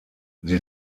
sie